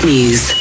News